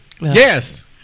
Yes